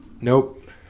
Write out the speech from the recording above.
Nope